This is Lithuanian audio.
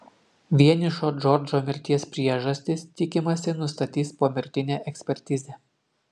vienišo džordžo mirties priežastis tikimasi nustatys pomirtinė ekspertizė